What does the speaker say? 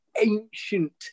ancient